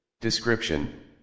Description